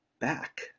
back